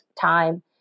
time